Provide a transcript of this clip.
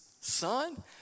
son